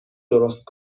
درست